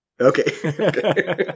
Okay